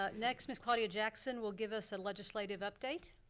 ah next, ms. claudia jackson will give us a legislative update.